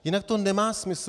Jinak to nemá smysl.